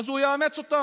הוא יאמץ אותן.